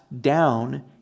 down